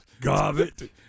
Garbage